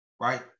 right